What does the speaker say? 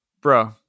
bro